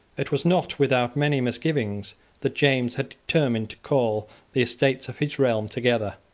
it was not without many misgivings that james had determined to call the estates of his realm together.